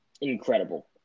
incredible